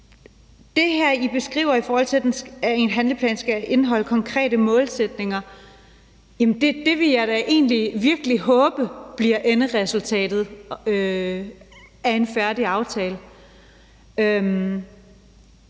For det, I beskriver, i forhold til at en handleplan skal indeholde konkrete målsætninger, vil jeg da egentlig virkelig håbe bliver enderesultatet af en færdig aftale.